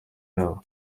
yabo